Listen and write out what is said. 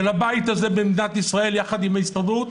של הבית הזה במדינת ישראל יחד עם ההסתדרות,